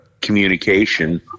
communication